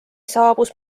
saabus